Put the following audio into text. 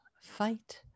fight